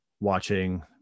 watching